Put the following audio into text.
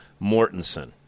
Mortensen